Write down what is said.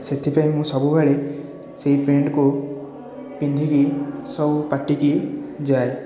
ସେଥିପାଇଁ ମୁଁ ସବୁବେଳେ ସେଇ ପ୍ୟାଣ୍ଟକୁ ପିନ୍ଧିକି ସବୁ ପାର୍ଟିକି ଯାଏ